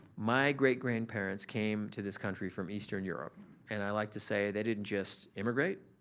my great grandparents came to this country from eastern europe and i like to say they didn't just immigrate,